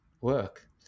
work